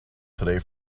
today